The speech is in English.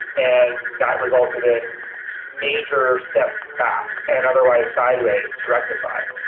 and that resulted in major steps back and otherwise, sideways to rectify.